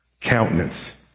countenance